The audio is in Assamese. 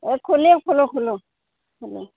অঁ খুলিম খোলোঁ খোলোঁ